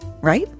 right